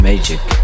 magic